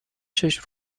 چشم